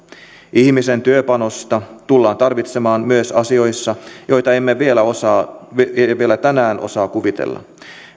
ihmisen työpanosta tullaan tarvitsemaan myös asioissa joita emme vielä tänään osaa kuvitella